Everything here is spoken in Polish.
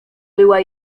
była